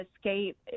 escape